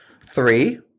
three